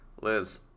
Liz